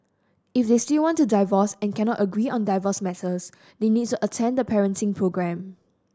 if they still want to divorce and cannot agree on divorce matters they need to attend the parenting programme